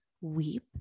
weep